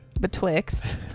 Betwixt